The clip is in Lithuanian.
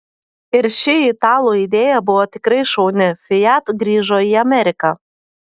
ir ši italų idėja buvo tikrai šauni fiat grįžo į ameriką